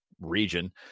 region